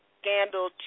Scandal